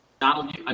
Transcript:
Donald